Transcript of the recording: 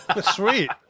Sweet